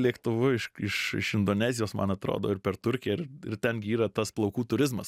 lėktuvu iš iš iš indonezijos man atrodo ir per turkiją ir ir ten yra tas plaukų turizmas